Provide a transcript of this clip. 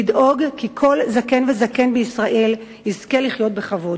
לדאוג כי כל זקן וזקן בישראל יזכה לחיות בכבוד.